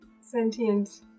sentient